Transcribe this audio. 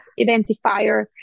identifier